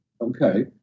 Okay